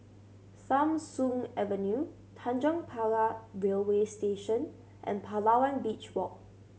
Tham Soong Avenue Tanjong Pagar Railway Station and Palawan Beach Walk